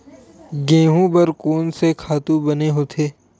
गेहूं बर कोन से खातु बने होथे?